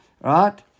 Right